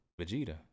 Vegeta